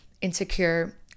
insecure